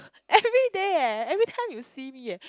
everyday eh everytime you see me eh